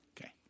Okay